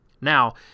Now